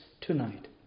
tonight